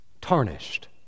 tarnished